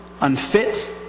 unfit